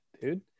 dude